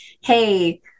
Hey